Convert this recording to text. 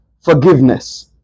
forgiveness